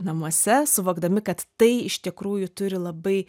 namuose suvokdami kad tai iš tikrųjų turi labai